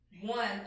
One